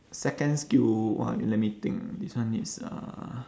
second skill !wah! I mean let me think this one is uh